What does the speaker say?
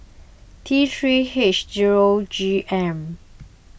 T three H zero G M